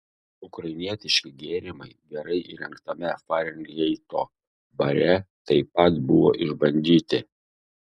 ukrainietiški gėrimai gerai įrengtame farenheito bare taip pat buvo išbandyti